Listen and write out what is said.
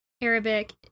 Arabic